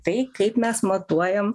tai kaip mes matuojam